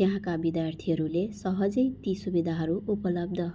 त्यहाँका विद्यार्थीहरूले सहजै ति सुविधाहरू उपलब्ध